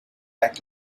act